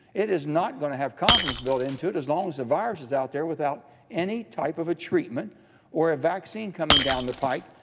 it is not going to have confidence built into it as long as a virus is out there without any type of a treatment or a vaccine coming down the pike,